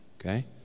Okay